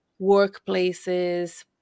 workplaces